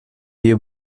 you